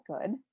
good